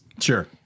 Sure